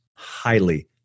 highly